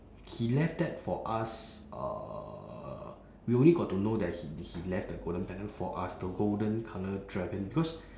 he left that for us uh we only got to know that he he left the golden pendant for us the golden colour dragon because